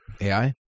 AI